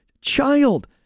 child